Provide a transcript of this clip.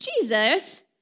Jesus